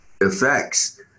effects